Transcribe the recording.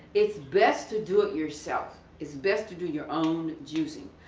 it's best to do it yourself. it's best to do your own juicing.